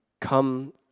Come